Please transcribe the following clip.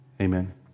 Amen